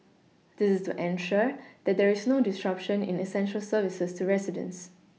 this is to ensure that there is no disruption in essential services to residents